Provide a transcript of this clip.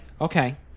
Okay